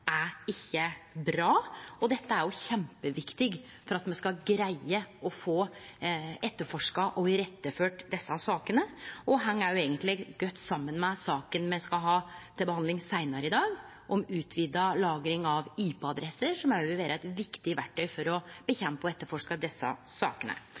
er ikkje bra, og dette er kjempeviktig for at me skal greie å få etterforska og iretteført desse sakene, og heng òg eigentleg godt saman med saka me skal ha til behandling seinare i dag, om utvida lagring av IP-adresser, som òg vil vere eit viktig verktøy for å nedkjempe og etterforske desse sakene.